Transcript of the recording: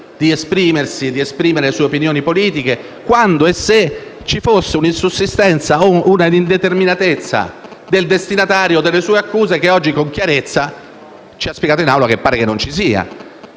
diritti di esprimere le sue opinioni politiche; quando e se vi fosse un'insussistenza o un'indeterminatezza del destinatario delle sue accuse che oggi con chiarezza ci ha spiegato in Aula che pare non ci sia.